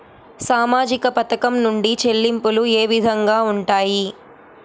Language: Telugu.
సామాజిక పథకం నుండి చెల్లింపులు ఏ విధంగా ఉంటాయి?